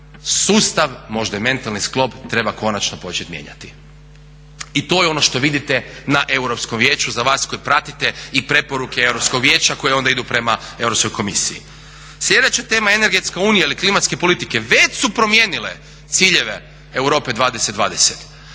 sustav možda i mentalni sklop treba konačno početi mijenjati. I to je ono što vidite na Europskom vijeću, za vas koji pratiti i preporuke Europskog vijeća koje onda idu prema Europskoj komisiji. Sljedeća tema energetska unija ili klimatske politike već su promijenile ciljeve Europe 20-20